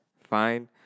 Fine